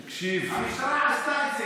תקשיב, המשטרה עשתה את זה.